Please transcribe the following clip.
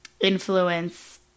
influence